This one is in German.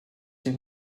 den